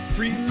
Free